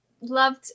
loved